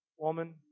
Woman